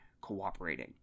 cooperating